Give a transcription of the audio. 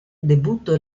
debutto